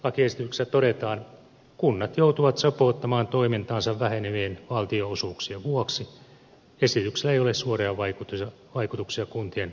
lakiesityksessä todetaan että kunnat joutuvat sopeuttamaan toimintaansa vähenevien valtionosuuksien vuoksi esityksellä ei ole suuria vaikutuksia kuntien organisaatioon